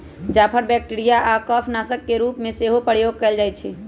जाफर bacteria आऽ कफ नाशक के रूप में सेहो प्रयोग कएल जाइ छइ